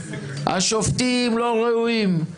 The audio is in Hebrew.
השופטים לא ראויים,